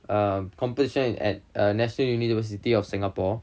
um competition at uh national university of singapore